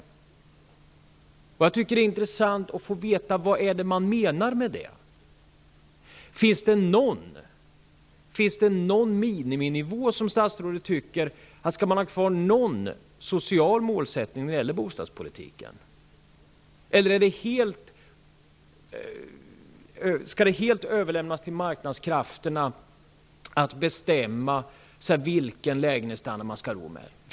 Det vore intressant att få veta vad som menas med det. Finns det någon miniminivå som statsrådet förordar? Skall man ha kvar någon social målsättning när det gäller bostadspolitiken? Eller skall det helt överlåtas på marknadskrafterna att bestämma vilken lägenhetsstandard som man har råd med?